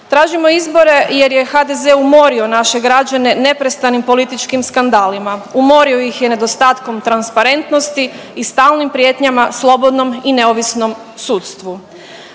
Tražimo izbore jer je HDZ umorio naše građane neprestanim političkim skandalima, umorio ih je nedostatkom transparentnosti i stalnim prijetnjama slobodnom i neovisnom sudstvu.